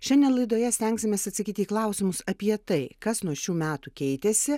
šiandien laidoje stengsimės atsakyti į klausimus apie tai kas nuo šių metų keitėsi